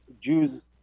jews